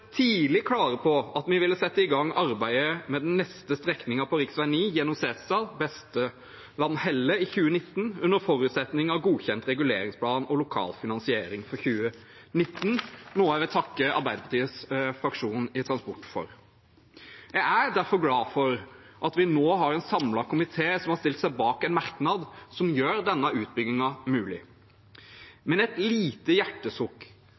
tidlig klar på at vi ville sette i gang arbeidet med den neste strekningen på rv. 9 gjennom Setesdal, Besteland–Helle, i 2019, under forutsetning av godkjent reguleringsplan og lokal finansiering, noe jeg vil takke Arbeiderpartiets fraksjon i transportkomiteen for. Jeg er derfor glad for at vi nå har en samlet komité som har stilt seg bak en merknad som gjør denne utbyggingen mulig. Men jeg har et lite hjertesukk: